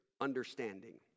understanding